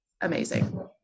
amazing